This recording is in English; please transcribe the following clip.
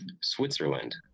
Switzerland